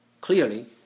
clearly